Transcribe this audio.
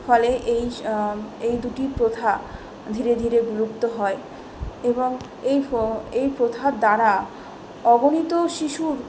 ফলে এই এই দুটি প্রথা ধীরে ধীরে বিলুপ্ত হয় এবং এই হ এই প্রথার দ্বারা অগণিত শিশুর